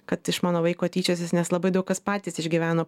kad iš mano vaiko tyčiosis nes labai daug kas patys išgyveno